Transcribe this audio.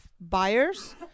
buyers